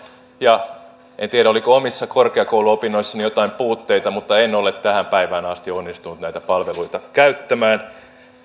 ja en tiedä oliko omissa korkeakouluopinnoissani joitain puutteita mutta en ole tähän päivään asti onnistunut näitä palveluita käyttämään